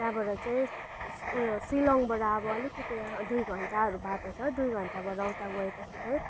त्यहाँबाट चाहिँ उयो सिलङबाट अब अलिकति दुई घन्टाहरू बाटो छ दुई घन्टाबाट उता गएपछि चाहिँ